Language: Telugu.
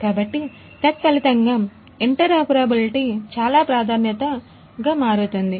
కాబట్టి తత్ఫలితంగా ఇంటెరోపెరాబిలిటీ చాలా ప్రాధాన్యత గా మారుతుంది